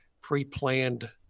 pre-planned